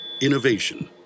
Innovation